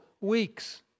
weeks